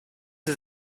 sie